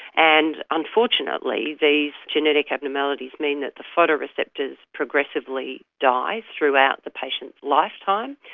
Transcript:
and unfortunately these genetic abnormalities mean that the photoreceptors progressively die throughout the patient's lifetime,